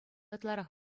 ытларах